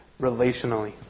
relationally